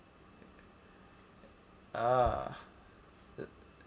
ah it